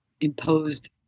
imposed